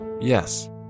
Yes